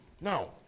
Now